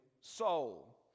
soul